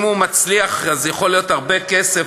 אם זה מצליח אז יכול להיות הרבה כסף,